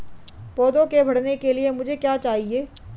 पौधे के बढ़ने के लिए मुझे क्या चाहिए?